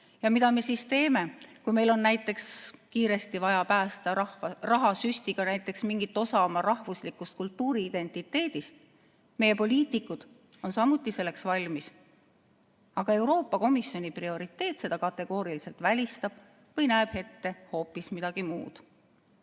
Mida me siis teeme, kui meil on näiteks kiiresti vaja päästa rahasüstiga mingit osa oma rahvuslikust kultuuriidentiteedist, meie poliitikud on samuti selleks valmis, aga Euroopa Komisjoni prioriteet seda kategooriliselt välistab või näeb ette hoopis midagi muud?